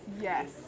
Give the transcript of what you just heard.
Yes